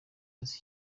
azi